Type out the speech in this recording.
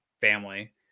family